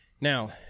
Now